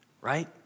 right